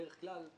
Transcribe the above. דרך כלל,